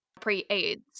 pre-AIDS